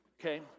okay